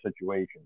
situation